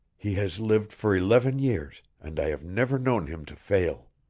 he has lived for eleven years and i have never known him to fail.